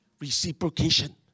Reciprocation